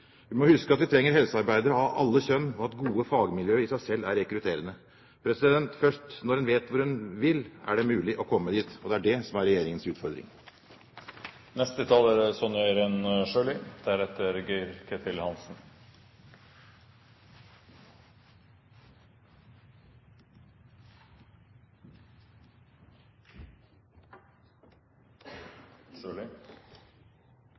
Vi må huske at vi trenger helsearbeidere av alle kjønn og at gode fagmiljøer i seg selv er rekrutterende. Først når en vet hvor en vil, er det mulig å komme dit. Det er det som er regjeringens utfordring. For Høyre er